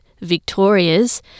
Victoria's